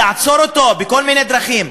לעצור אותו בכל מיני דרכים,